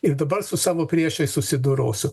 ir dabar su savo priešais susidorosiu